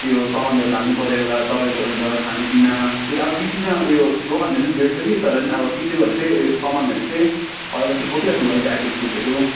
त्यो सामानहरू लानुपर्यो होला तपाईँको अन्त खानेपिनातिर अब बिचबिचमा उयो दोकानहरू नि भेट्छ तर नि अब पछि गएर चाहिँ सामानहरू चाहिँ अलिकति बोकिराख्नुपर्छ प्याकेट फुडहरू